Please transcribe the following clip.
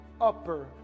upper